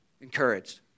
encouraged